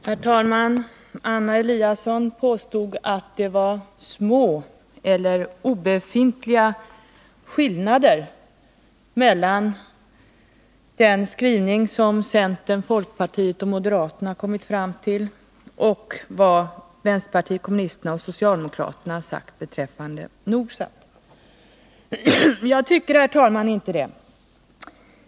Herr talman! Anna Eliasson påstod att det var små eller obefintliga skillnader mellan den skrivning som centern, folkpartiet och moderaterna kommit fram till och vad vänsterpartiet kommunisterna och socialdemokraterna sagt beträffande Nordsat. Jag tycker inte det.